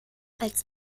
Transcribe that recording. als